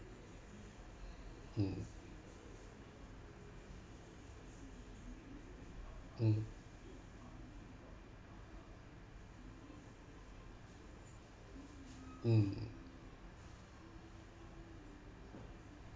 mm mm mm